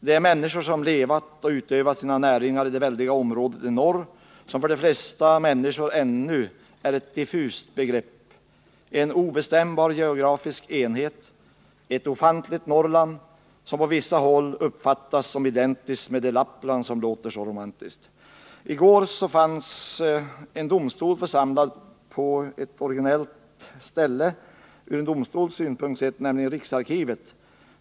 Det är människor som levat och utövat sina näringar i det väldiga området i norr som för de flesta människor ännu är ett diffust begrepp, en obestämbar geografisk enhet, ett ofantligt Norrland, som på vissa håll uppfattas som identiskt med det Lappland som låter så romantiskt. I går fanns en domstol församlad på ett ur en domstols synpunkt originellt ställe, nämligen riksarkivet.